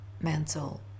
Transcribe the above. mental